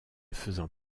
faisant